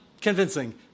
convincing